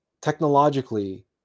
technologically